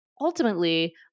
ultimately